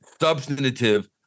substantive